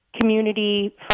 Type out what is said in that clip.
community